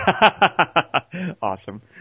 Awesome